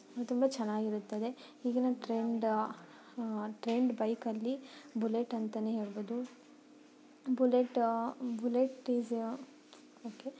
ತುಂಬ ಚೆನ್ನಾಗಿರುತ್ತದೆ ಈಗಿನ ಟ್ರೆಂಡ್ ಟ್ರೆಂಡ್ ಬೈಕಲ್ಲಿ ಬುಲೆಟ್ ಅಂತಾನೇ ಹೇಳ್ಬೋದು ಬುಲೆಟ್ ಬುಲೆಟ್ ಇಸ ಓಕೆ